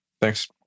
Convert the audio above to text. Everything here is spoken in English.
Thanks